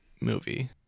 movie